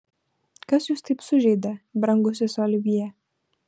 kas jūs taip sužeidė brangusis olivjė